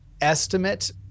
estimate